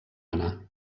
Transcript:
anna